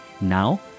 Now